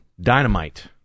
Dynamite